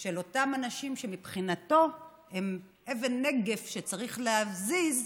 של אותם אנשים שמבחינתם הם אבן נגף שצריך להזיז,